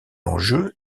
enjeu